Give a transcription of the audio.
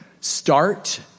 Start